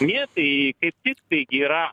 ne tai kaip tik taigi yra